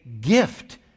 gift